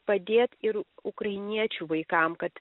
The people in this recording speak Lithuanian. padėt ir ukrainiečių vaikam kad